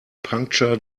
puncture